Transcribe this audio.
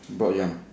broad jump